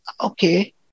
okay